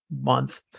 month